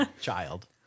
child